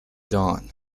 dawn